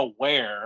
aware